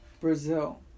Brazil